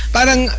Parang